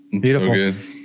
beautiful